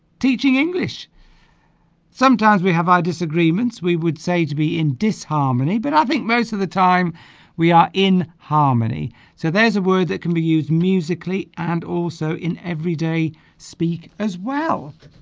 teaching english sometimes we have our disagreements we would say to be in disharmony but i think most of the time we are in harmony so there's a word that can be used musically and also in everyday speak as well